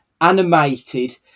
animated